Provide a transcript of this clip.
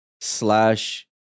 slash